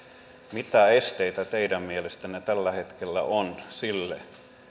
mitä esteitä teidän mielestänne tällä hetkellä on sille